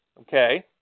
Okay